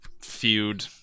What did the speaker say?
feud